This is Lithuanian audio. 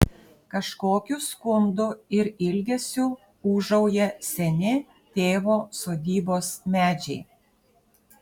kažkokiu skundu ir ilgesiu ūžauja seni tėvo sodybos medžiai